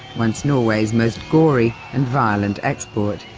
once norway's most gory and violent export.